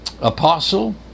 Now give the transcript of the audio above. Apostle